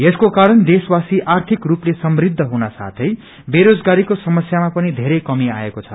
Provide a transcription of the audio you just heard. यसको कारण देशवासी आर्थिक रूपले समृद्ध हुन साथै बेरोजगारीको समस्यामा पनि धेरै कमी आएको छ